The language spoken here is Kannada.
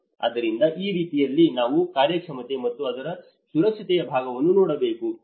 ಆದ್ದರಿಂದ ಆ ರೀತಿಯಲ್ಲಿ ನೀವು ಕಾರ್ಯಕ್ಷಮತೆ ಮತ್ತು ಅದರ ಸುರಕ್ಷತೆಯ ಭಾಗವನ್ನು ನೋಡಬೇಕು